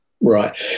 Right